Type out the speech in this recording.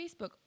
Facebook